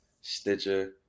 Stitcher